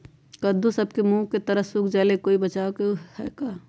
कददु सब के मुँह के तरह से सुख जाले कोई बचाव है का?